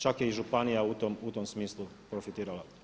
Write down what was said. Čak je i županija u tom smislu profitirala.